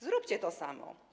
Zróbcie to samo.